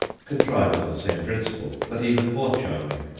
contrived on the same principle, but even more charming.